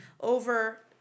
over